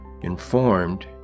informed